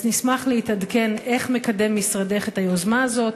אז נשמח להתעדכן: איך מקדם משרדך את היוזמה הזאת,